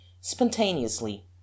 spontaneously